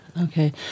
okay